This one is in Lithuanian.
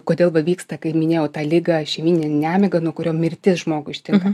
kodėl va vyksta kai minėjau tą ligą šeimyninė nemiga nuo kurio mirtis žmogų ištinka